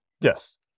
Yes